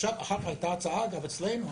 אחר כך הייתה אצלנו